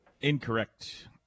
incorrect